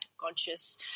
conscious